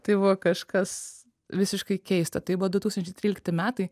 tai buvo kažkas visiškai keista tai buvo du tūkstančiai trylikti metai